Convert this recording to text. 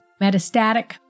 metastatic